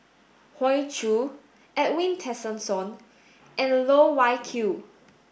Hoey Choo Edwin Tessensohn and Loh Wai Kiew